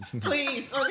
please